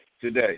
today